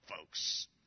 folks